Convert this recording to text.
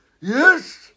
Yes